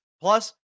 Plus